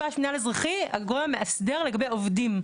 מתפ"ש והמנהל אזרחי הם הגורם המאסדר לגבי העובדים.